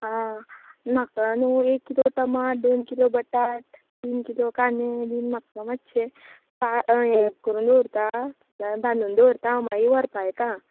आं म्हाका न्हय एक किलो टमाट दोन किलो बटाट तीन किलो कांदे बी म्हाका मातच्चें पाय हें करून दवरता बांदून दवरता हांव मागीर व्हरपा येता